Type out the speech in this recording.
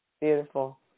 Beautiful